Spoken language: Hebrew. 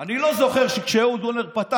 אני לא זוכר שכשאהוד אולמרט פתח